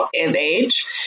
age